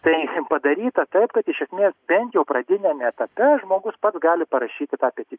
tai padaryta taip kad iš esmės bent jau pradiniame etape žmogus pats gali parašyti tą peticiją